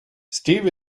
steve